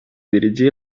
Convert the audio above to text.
dirigí